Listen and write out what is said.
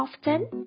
often